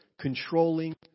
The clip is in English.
controlling